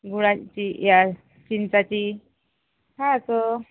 गुळाची या चिंचाची खायचं